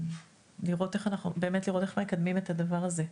לראות איך מקדמים את הדבר הזה.